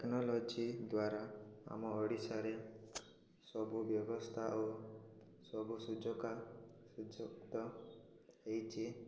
technology ଦ୍ୱାରା ଆମ ଓଡ଼ିଶାରେ ସବୁ ବ୍ୟବସ୍ଥା ଓ ସବୁ ସୁଯୋଗ ସୁଯୁକ୍ତା ହେଇଛି